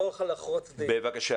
מבין את תהליך הדיון פה.